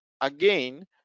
again